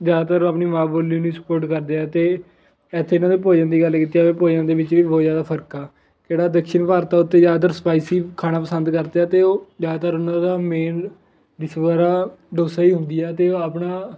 ਜ਼ਿਆਦਾਤਰ ਓਹ ਆਪਣੀ ਮਾਂ ਬੋਲੀ ਨੂੰ ਹੀ ਸਪੋਰਟ ਕਰਦੇ ਆ ਅਤੇ ਇੱਥੇ ਇਹਨਾਂ ਦੇ ਭੋਜਨ ਦੀ ਗੱਲ ਕੀਤੀ ਜਾਵੇ ਭੋਜਨ ਦੇ ਵਿੱਚ ਵੀ ਬਹੁਤ ਜ਼ਿਆਦਾ ਫਰਕ ਆ ਕਿਹੜਾ ਦਕਸ਼ਿਨ ਭਾਰਤ ਆ ਉੱਥੇ ਜ਼ਿਆਦਾਤਰ ਸਪਾਈਸੀ ਖਾਣਾ ਪਸੰਦ ਕਰਦੇ ਆ ਅਤੇ ਉਹ ਜ਼ਿਆਦਾਤਰ ਉਹਨਾਂ ਦਾ ਮੇਨ ਡਿਸ਼ ਵਗੈਰਾ ਡੋਸਾ ਹੀ ਹੁੰਦੀ ਆ ਅਤੇ ਉਹ ਆਪਣਾ